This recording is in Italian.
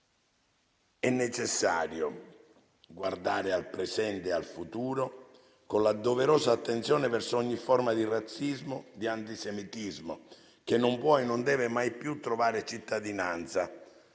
È necessario guardare al presente e al futuro con la doverosa attenzione verso ogni forma di razzismo e di antisemitismo, che non può e non deve mai più trovare cittadinanza